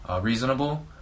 reasonable